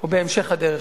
או בהמשך הדרך.